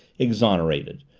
exonerated,